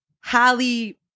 Halle